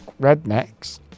rednecks